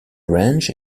range